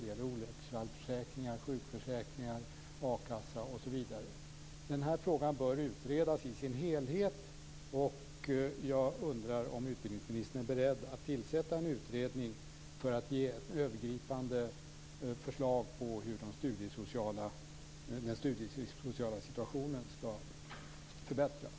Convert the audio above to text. Det gäller olycksfallsförsäkringar, sjukförsäkringar, a-kassa osv. Denna fråga bör utredas i sin helhet. Är utbildningsministern beredd att tillsätta en utredning för att ge övergripande förslag på hur den studiesociala situationen skall kunna förbättras?